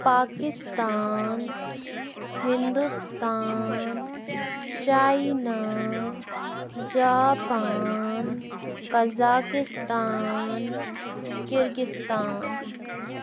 Pakistan Hindustan China Japan Kazakhstan Kyrgyzstan